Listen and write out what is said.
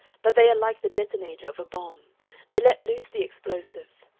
but they are like the detonator of a bomb they let loose the explosive.